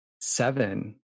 seven